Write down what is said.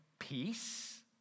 Peace